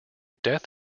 death